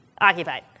occupied